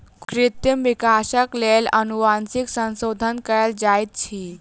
कृत्रिम विकासक लेल अनुवांशिक संशोधन कयल जाइत अछि